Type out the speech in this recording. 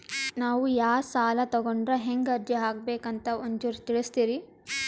ನಾವು ಯಾ ಸಾಲ ತೊಗೊಂಡ್ರ ಹೆಂಗ ಅರ್ಜಿ ಹಾಕಬೇಕು ಅಂತ ಒಂಚೂರು ತಿಳಿಸ್ತೀರಿ?